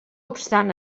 obstant